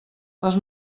les